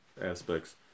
aspects